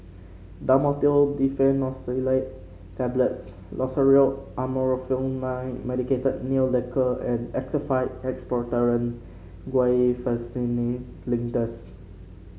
Dhamotil Diphenoxylate Tablets Loceryl Amorolfine Medicated Nail Lacquer and Actified Expectorant Guaiphenesin Linctus